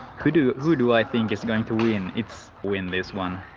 who do who do i think it's going to win its win this one?